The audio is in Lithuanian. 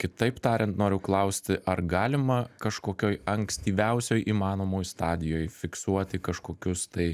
kitaip tariant noriu klausti ar galima kažkokioj ankstyviausioj įmanomoj stadijoj fiksuoti kažkokius tai